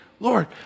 Lord